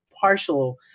partial